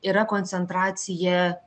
yra koncentracija